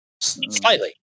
Slightly